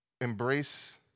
embrace